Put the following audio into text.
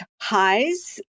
highs